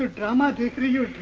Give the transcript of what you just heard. drama do you